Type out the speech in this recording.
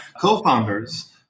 co-founders